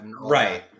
right